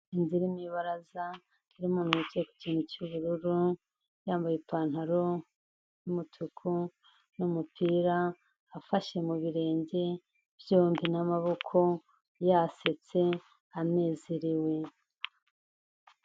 Inzu iri mu ibaraza n'umuntu wicaye ku kintu cy'ubururu yambaye ipantaro y'umutuku n'umupira afashe mu birenge byombi n'amaboko yasetse anezerewe.